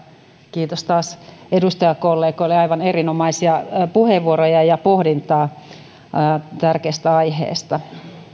kiitos taas edustajakollegoille aivan erinomaisia puheenvuoroja ja pohdintaa tärkeästä aiheesta